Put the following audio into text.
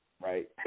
Right